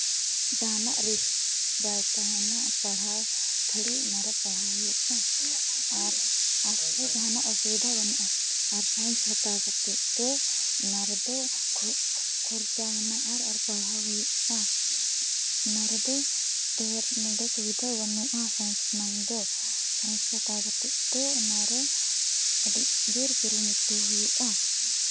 ᱡᱟᱦᱟᱱᱟᱜ ᱨᱤᱠᱥ ᱵᱟᱭ ᱛᱟᱦᱮᱱᱟ ᱯᱟᱲᱦᱟᱣ ᱠᱷᱟᱹᱞᱤ ᱚᱱᱟ ᱨᱮ ᱯᱟᱲᱦᱟᱣ ᱦᱩᱭᱩᱜᱼᱟ ᱟᱨ ᱟᱨᱴᱥ ᱨᱮ ᱡᱟᱦᱟᱱᱟᱜ ᱚᱥᱩᱵᱤᱫᱷᱟ ᱵᱟᱹᱱᱩᱜᱼᱟ ᱟᱨ ᱥᱟᱭᱮᱱᱥ ᱦᱟᱛᱟᱣ ᱠᱟᱛᱮᱫ ᱫᱚ ᱚᱱᱟ ᱨᱮᱫᱚ ᱠᱷᱚᱨᱪᱟ ᱢᱮᱱᱟᱜᱟ ᱟᱨ ᱯᱟᱲᱦᱟᱣ ᱦᱩᱭᱩᱜᱼᱟ ᱚᱱᱟ ᱨᱮᱫᱚ ᱰᱷᱮᱨ ᱱᱚᱰᱮ ᱥᱩᱵᱤᱫᱷᱟ ᱵᱟᱹᱱᱩᱜᱼᱟ ᱥᱟᱭᱮᱱᱥ ᱨᱮᱱᱟᱜ ᱫᱚ ᱥᱟᱭᱮᱱᱥ ᱦᱟᱛᱟᱣ ᱠᱟᱛᱮᱫ ᱛᱚ ᱚᱱᱟ ᱨᱮ ᱟᱹᱰᱤ ᱡᱳᱨ ᱠᱩᱨᱩᱢᱩᱴᱩ ᱦᱩᱭᱩᱜᱼᱟ